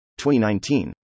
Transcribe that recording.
2019